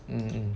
mm